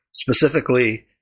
Specifically